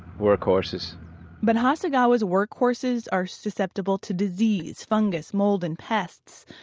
work horses but hasagawa's work horses are susceptible to disease, fungus, mold and pests.